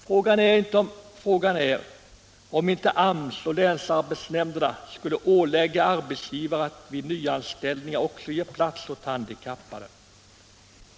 Frågan är om inte AMS och länsarbetsnämnderna skulle ålägga arbetsgivare att vid nyanställningar också ge plats åt handikappade.